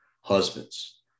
husbands